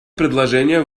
предложение